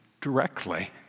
directly